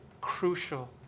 crucial